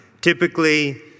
typically